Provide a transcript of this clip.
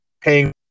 paying